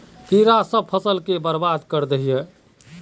कीड़ा सब फ़सल के बर्बाद कर दे है?